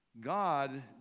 God